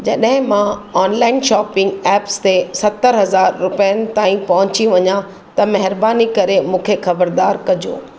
जॾहिं मां online shopping apps ते सतरि हज़ार रुपियनि ताईं पहुची वञां त महिरबानी करे मूंखे ख़बरदारु कजो